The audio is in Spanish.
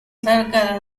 cerca